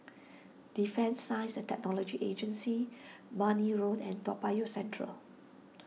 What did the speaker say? Defence Science and Technology Agency Marne Road and Toa Payoh Central